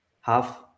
half